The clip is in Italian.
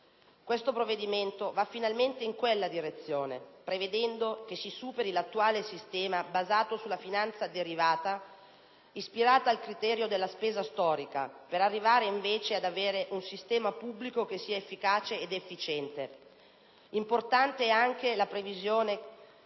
Questo provvedimento va finalmente in tale direzione, prevedendo che si superi l'attuale sistema basato sulla finanza derivata, ispirato al criterio della spesa storica, per arrivare ad avere invece un sistema pubblico che sia efficace ed efficiente. Importante è anche la previsione